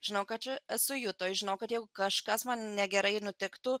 žinau kad esu jutoj žinau kad jeigu kažkas man negerai nutiktų